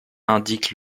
indiquent